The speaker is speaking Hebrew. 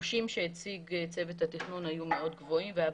הביקושים שהציג צוות התכנון היו מאוד גבוהים והיה